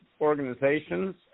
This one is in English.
organizations